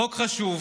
חוק חשוב.